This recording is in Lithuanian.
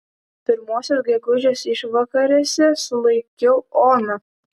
pirmosios gegužės išvakarėse sulaikiau oną